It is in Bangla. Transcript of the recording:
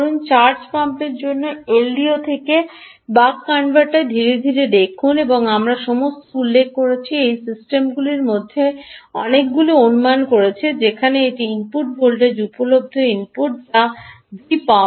চার্জ পাম্পের জন্য এলডিও থেকে বাক রূপান্তরকারীটি ধীরে ধীরে দেখুন আমরা সমস্ত উল্লেখ করেছি এই সিস্টেমগুলির মধ্যে অনেকগুলি অনুমান করেছিলাম যে সেখানে একটি ইনপুট ভোল্টেজ উপলব্ধ ইনপুট যা V¿পাওয়া যায়